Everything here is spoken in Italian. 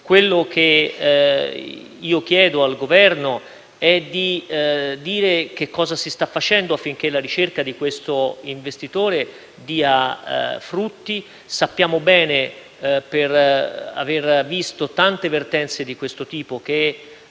Quello che io chiedo al Governo è di specificare che cosa si sta facendo affinché la ricerca di questo investitore dia frutti. Sappiamo bene, per aver visto tante vertenze di questo tipo, che